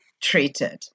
treated